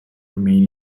remain